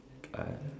ah